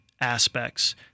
aspects